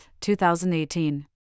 2018